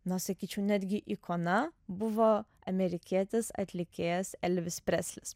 na sakyčiau netgi ikona buvo amerikietis atlikėjas elvis preslis